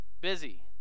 Busy